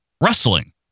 wrestling